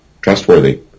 trustworthy